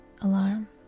alarm